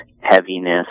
heaviness